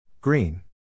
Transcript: Green